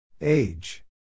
Age